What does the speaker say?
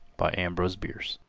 by ambrose bierce